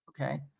okay